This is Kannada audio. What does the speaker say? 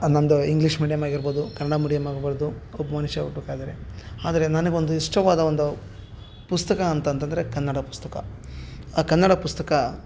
ನನ್ನದು ಇಂಗ್ಲೀಷ್ ಮೀಡಿಯಮ್ ಆಗಿರ್ಬೌದು ಕನ್ನಡ ಮೀಡಿಯಮ್ ಆಗಿರ್ಬೌದು ಒಬ್ಬ ಮನುಷ್ಯ ಹುಟ್ಬೇಕಾದ್ರೆ ಆದರೆ ನನಗೊಂದು ಇಷ್ಟವಾದ ಒಂದು ಪುಸ್ತಕ ಅಂತಂತಂದರೆ ಕನ್ನಡ ಪುಸ್ತಕ ಆ ಕನ್ನಡ ಪುಸ್ತಕ